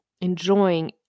enjoying